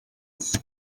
iki